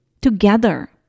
together